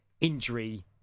injury